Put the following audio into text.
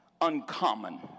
uncommon